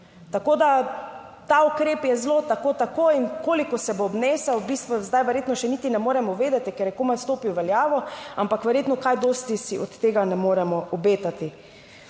Tako da ta ukrep je zelo tako, tako in koliko se bo obnesel, v bistvu zdaj verjetno še niti ne moremo vedeti, ker je komaj stopil v veljavo, ampak verjetno kaj dosti si od tega ne moremo obetati.